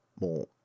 more